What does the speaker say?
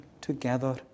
together